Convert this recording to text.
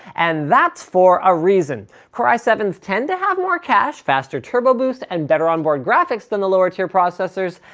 and that's for a reason. core i seven s tend to have more cache, faster turbo boost, and better onboard graphics than the lower tier processors.